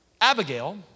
Abigail